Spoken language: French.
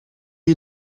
est